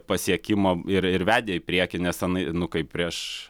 pasiekimo ir ir vedė į priekį nes anai nu kaip prieš